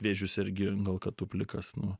vėžiu sergi gal kad tu plikas nu